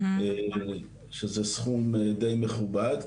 שזה סכום די מכובד.